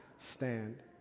stand